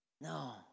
No